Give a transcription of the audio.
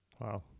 Wow